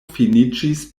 finiĝis